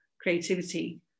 Creativity